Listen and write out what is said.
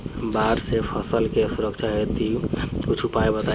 बाढ़ से फसल के सुरक्षा हेतु कुछ उपाय बताई?